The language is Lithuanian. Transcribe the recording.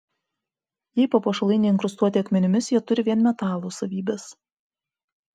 jei papuošalai neinkrustuoti akmenimis jie turi vien metalo savybes